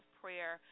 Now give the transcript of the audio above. prayer